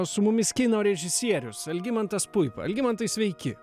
su mumis kino režisierius algimantas puipa algimantai sveiki